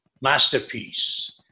masterpiece